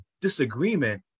disagreement